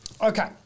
Okay